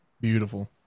beautiful